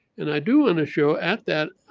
and i do want to show at that